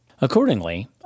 Accordingly